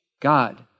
God